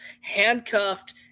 handcuffed